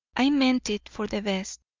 i meant it for the best,